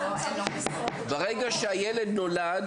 ברגע שהילד נולד